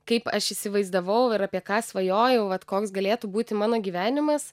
kaip aš įsivaizdavau ir apie ką svajojau vat koks galėtų būti mano gyvenimas